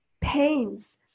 pains